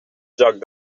joc